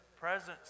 presence